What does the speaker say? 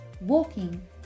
Walking